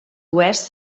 oest